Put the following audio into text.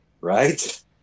Right